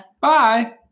Bye